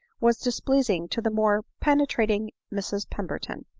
was displeasing to the more penetrating mrs pemberton.